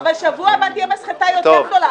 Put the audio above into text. אבל שבוע הבא תהיה מסחטה יותר גדולה.